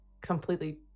completely